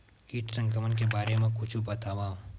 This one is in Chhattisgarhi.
कीट संक्रमण के बारे म कुछु बतावव?